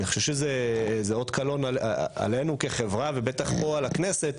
אני חושב שזו אות קלון עלינו כחברה ובטח פה על הכנסת.